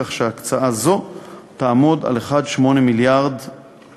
כך שהקצאה זו תעמוד על 1.8 מיליארד